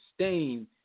sustain